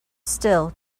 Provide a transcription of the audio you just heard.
still